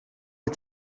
est